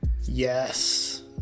yes